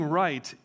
right